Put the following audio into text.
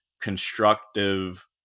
constructive